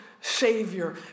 Savior